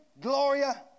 Gloria